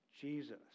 Jesus